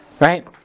Right